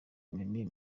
mimi